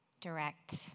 direct